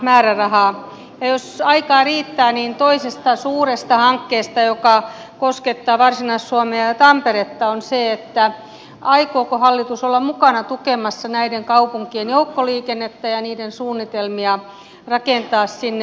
ja jos aikaa riittää niin toinen suuri hanke joka koskettaa varsinais suomea ja tamperetta on se aikooko hallitus olla mukana tukemassa näiden kaupunkien joukkoliikennettä ja niiden suunnitelmia rakentaa sinne pikaraitiotie